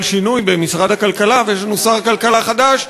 חל שינוי במשרד הכלכלה ויש לנו שר כלכלה חדש,